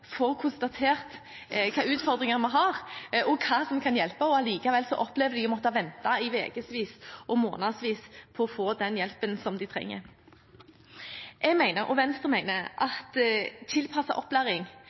og hva som kan hjelpe, opplever likevel barn å måtte vente i ukevis og månedsvis på å få den hjelpen de trenger. Jeg mener, og Venstre mener, at tilpasset opplæring